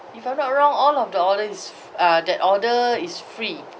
if I'm not wrong all of the orders is uh that order is free